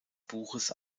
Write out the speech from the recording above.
buches